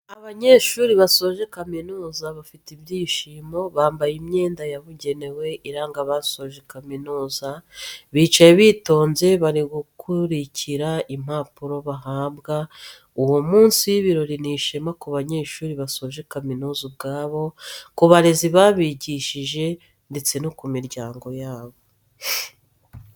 Abanyeshuri basoje kamizuza bafite ibyishimo, bambaye imyenda yabugenewe iranga abasoje kaminuza bicaye bitonze bari gukurikira impanuro bahabwa, uwo munsi w'ibirori ni ishema ku banyeshuri basoje kaminuza ubwabo, ku barezi babigishije ndetse no ku miryango yabo.